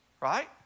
right